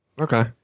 okay